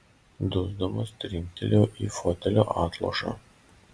dusdamas trinktelėjau į fotelio atlošą